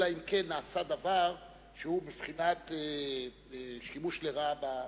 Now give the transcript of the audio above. אלא אם כן נעשה דבר שהוא בבחינת שימוש לרעה בתקנון.